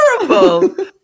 terrible